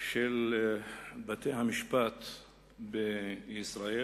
של בתי-המשפט בישראל.